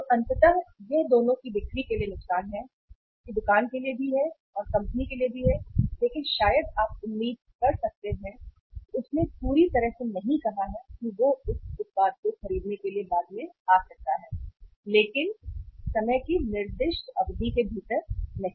तो अंततः यह दोनों की बिक्री के लिए नुकसान है कि दुकान के लिए भी है कि कंपनी के लिए भी है लेकिन शायद आप उम्मीद कर सकते हैं कि उसने पूरी तरह से नहीं कहा है कि वह उस उत्पाद को खरीदने के लिए नहीं जिसे वह बाद में आ सकता है लेकिन समय की निर्दिष्ट अवधि के भीतर नहीं